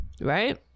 right